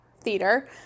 theater